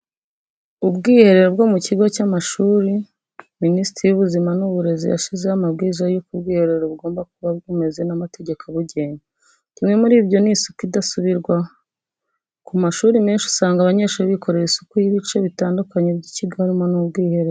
Ubwiherero bwo mu kigo cy'amashuri. Minisiteri y'ubuzima ni y'uburezi yashizeho amabwiriza y'uko ubwiherero bugomba kuba bumeze n'amategeko abugenga, kimwe muri ibyo ni isuku idasubirwaho. Mu mashuri menshi usanga abanyeshuri bikorera isuku y'ibice bitandukanye by'ikigo harimo n'ubwiherero.